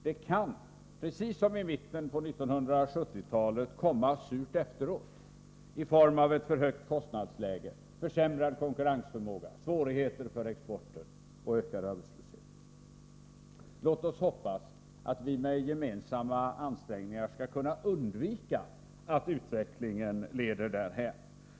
Det kan, precis som i mitten av 1970-talet, komma surt efteråt, i form av ett för högt kostnadsläge, försämrad konkurrensförmåga, svårigheter för exporten och ökad arbetslöshet. Låt oss hoppas att vi med gemensamma ansträngningar skall kunna undvika att utvecklingen leder därhän.